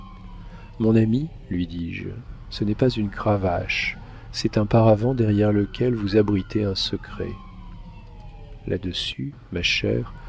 mon ami lui dis-je ce n'est pas une cravache c'est un paravent derrière lequel vous abritez un secret là-dessus ma chère